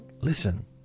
Listen